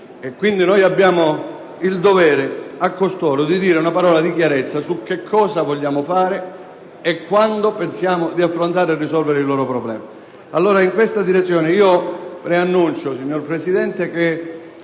quindi il dovere di dire a costoro una parola di chiarezza su che cosa vogliamo fare e quando pensiamo di affrontare e risolvere i loro problemi.